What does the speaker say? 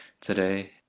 today